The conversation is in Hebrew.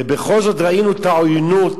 ובכל זאת ראינו את העוינות,